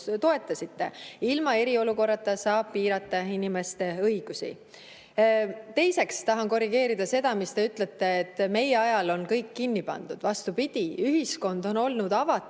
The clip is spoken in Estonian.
toetasite: ilma eriolukorrata saab piirata inimeste õigusi. Teiseks tahan korrigeerida seda, mida te ütlesite, et meie ajal on kõik kinni pandud. Vastupidi, ühiskond on olnud avatud.